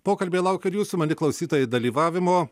pokalbiai laukia ir jūsų mieli klausytojai dalyvavimo